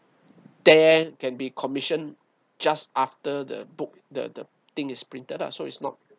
there can be commission just after the book the the thing is printed lah so it's not